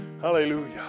Hallelujah